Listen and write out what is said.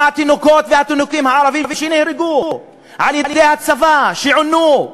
מה עם התינוקות הערבים שנהרגו על-ידי הצבא, שעונו?